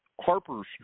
Harper's